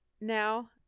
now